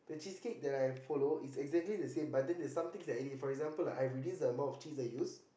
the cheesecake that I follow is exactly the same but then there's some things I add in for example I reduce the amount of cheese I use